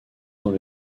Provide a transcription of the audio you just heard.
dans